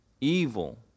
evil